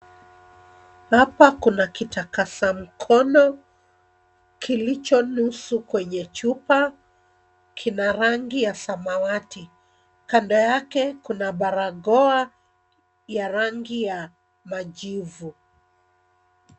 Hapa kuna kitakasa mkono kilicho nusu kwenye chupa. Kina rangi ya samawati. Kando yake kuna barakoa ya rangi ya majivu .